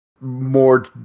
more